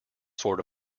sort